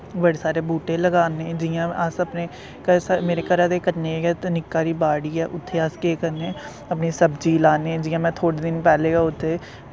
बड़े सारे बूह्टे लगान्ने जियां अस अपने मेरे घरा दे कन्नै गै निक्की हारी बाड़ी ऐ उत्थे अस केह् करने अपनी सब्जी लान्ने जियां में थोह्ड़े दिन पैह्ले गै उत्थे